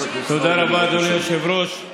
תודה רבה, אדוני היושב-ראש.